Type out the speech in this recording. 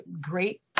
great